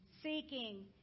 seeking